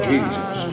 Jesus